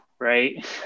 right